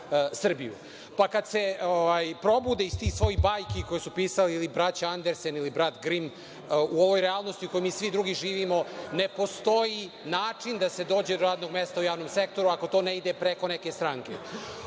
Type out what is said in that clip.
pa kad se probude iz tih svojih bajki koje su pisali ili braća Andersen ili brat Grim, u ovoj realnosti u kojoj mi svi drugi živimo, ne postoji način da se dođe do radnog mesta u javnom sektoru ako to ne ide preko neke stranke.Za